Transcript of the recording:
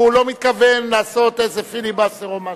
הוא לא מתכוון לעשות איזה פיליבסטר או משהו.